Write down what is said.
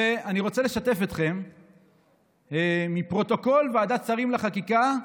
ואני רוצה לשתף אתכם מפרוטוקול ועדת שרים לחקיקה,